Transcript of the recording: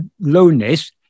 lowness